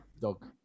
dog